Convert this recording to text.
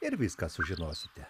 ir viską sužinosite